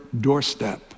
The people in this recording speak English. doorstep